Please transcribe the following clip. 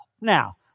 now